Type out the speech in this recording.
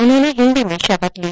उन्होंने हिन्दी में शपथ ली